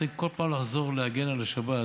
צריך כל פעם לחזור ולהגן על השבת